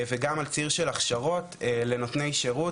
וגם על ציר של הכשרות לנותני שירות.